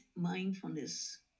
mindfulness